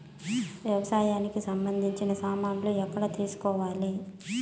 వ్యవసాయానికి సంబంధించిన సామాన్లు ఎక్కడ తీసుకోవాలి?